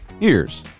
ears